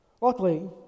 Luckily